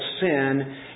sin